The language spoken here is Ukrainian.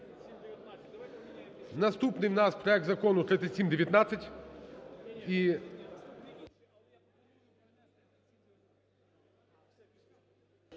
Наступний в нас проект Закону 3719